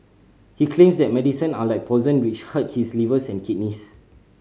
he claims that medicine are like poison which hurt his livers and kidneys